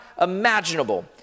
imaginable